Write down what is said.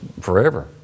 forever